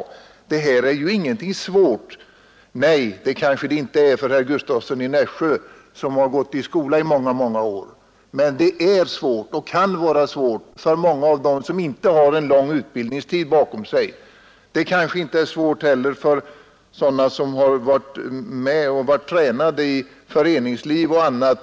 Han sade att det här inte är så svårt. Nej, kanske det inte är svårt för herr Gustavsson, som gått i skola under många år, men det är svårt för många som inte har en lång utbildningstid bakom sig. Det kanske inte heller är svårt för sådana som varit med i föreningslivet och där